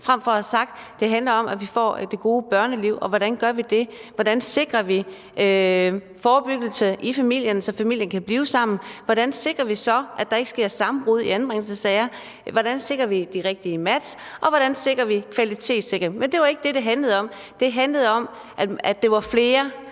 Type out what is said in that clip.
Man kunne have sagt, at det handler om, at vi får det gode børneliv, og hvordan vi gør det – hvordan sikrer vi forebyggelse i familien, så familien kan blive sammen, hvordan sikrer vi, at der ikke sker sammenbrud i anbringelsessager, hvordan sikrer vi de rigtige match, og hvordan sikrer vi kvaliteten? Men det var ikke det, det handlede om; det handlede om, at det var flere